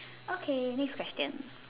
okay next question